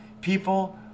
People